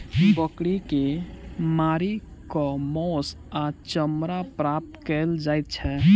बकरी के मारि क मौस आ चमड़ा प्राप्त कयल जाइत छै